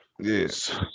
Yes